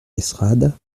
l’estrade